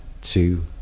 two